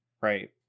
right